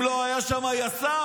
אם לא היה שם יס"מ,